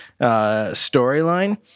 storyline